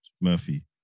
Murphy